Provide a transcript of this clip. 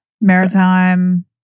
Maritime